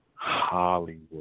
Hollywood